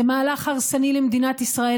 זה מהלך הרסני למדינת ישראל,